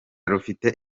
rufite